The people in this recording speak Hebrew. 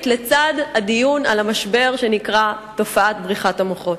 לצד הדיון בנושא שנקרא "תופעת בריחת המוחות".